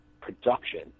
production